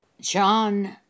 John